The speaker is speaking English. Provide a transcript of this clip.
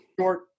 short